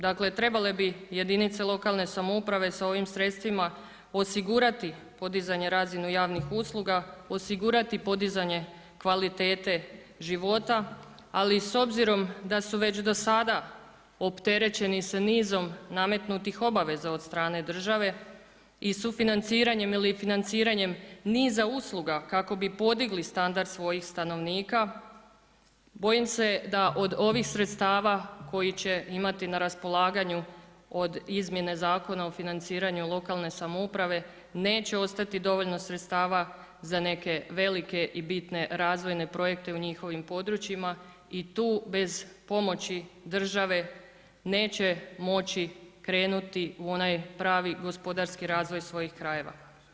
Dakle trebale bi jedinice lokalne samouprave sa ovim sredstvima osigurati podizanje razine javnih usluga, osigurati podizanje kvalitete života ali s obzirom da su već do sada opterećeni sa nizom nametnutih obaveza od strane države i sufinanciranje ili financiranjem niza usluga kako bi podigli standard svojih stanovnika, bojim se da od ovih sredstava koji će imati na raspolaganju od izmjene Zakon o financiranju lokalne samouprave, neće ostati dovoljno sredstava za neke velike i bitne razvoje projekte u njihovim područjima i tu bez pomoći države neće moći krenuti u onaj pravi gospodarski razvoj svojih krajeva.